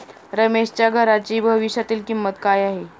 रमेशच्या घराची भविष्यातील किंमत काय आहे?